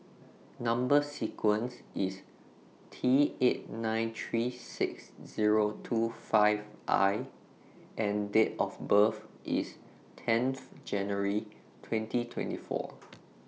Number sequence IS T eight nine three six Zero two five I and Date of birth IS tenth January twenty twenty four